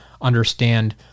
understand